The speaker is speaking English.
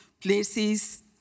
places